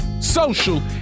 social